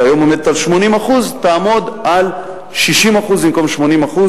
היום היא עומדת על 80% ותעמוד על 60% במקום 80%,